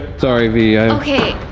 sorry, vy. okay,